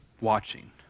watching